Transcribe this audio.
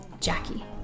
Jackie